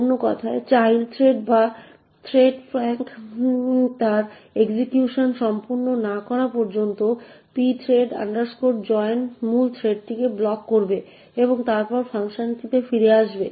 অন্য কথায় child thread বা থ্রেডফাঙ্ক তার এক্সিকিউশন সম্পূর্ণ না করা পর্যন্ত pthread join মূল থ্রেডটিকে ব্লক করবে এবং তারপরে ফাংশনটি ফিরে আসবে